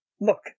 Look